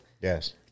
Yes